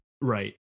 right